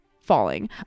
falling